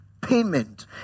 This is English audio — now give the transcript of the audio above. payment